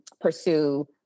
pursue